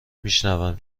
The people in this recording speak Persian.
میشونم